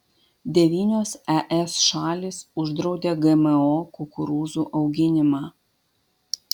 devynios es šalys uždraudė gmo kukurūzų auginimą